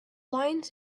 lines